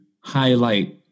highlight